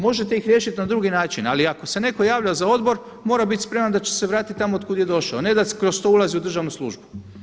Možete ih riješiti na drugi način, ali ako se neko javlja za odbor mora biti spreman da će se vratiti tamo od kuda je došao, a ne da kroz to ulazi u državnu službu.